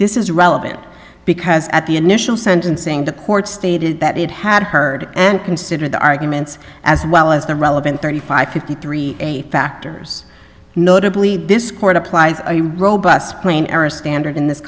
this is relevant because at the initial sentencing the court stated that it had heard and considered the arguments as well as the relevant thirty five fifty three factors notably this court applies a robust plain era standard in this